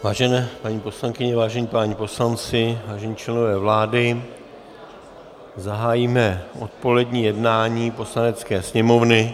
Vážené paní poslankyně, vážení páni poslanci, vážení členové vlády, zahájíme odpolední jednání Poslanecké sněmovny.